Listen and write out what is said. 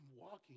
walking